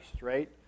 right